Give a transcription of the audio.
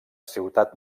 ciutat